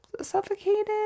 suffocated